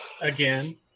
Again